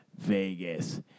Vegas